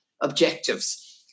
objectives